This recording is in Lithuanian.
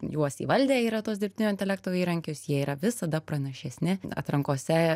juos įvaldę yra tuos dirbtinio intelekto įrankius jie yra visada pranašesni atrankose